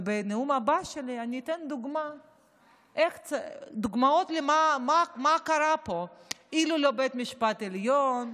בנאום הבא שלי אני אתן דוגמאות למה יקרה פה לולא בית המשפט העליון,